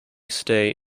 stay